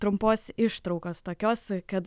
trumpos ištraukos tokios kad